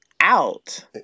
out